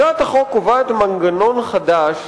הצעת החוק קובעת מנגנון חדש